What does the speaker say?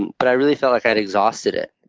but i really felt like i had exhausted it.